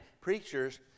preachers